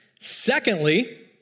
Secondly